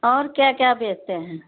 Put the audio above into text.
और क्या क्या बेचते हैं